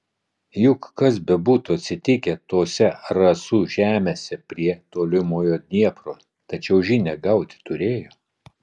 juk kas bebūtų atsitikę tose rasų žemėse prie tolimojo dniepro tačiau žinią gauti turėjo